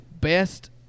best